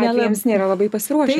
atvejams nėra labai pasiruošę